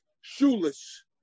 shoeless